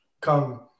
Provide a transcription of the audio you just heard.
come